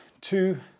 two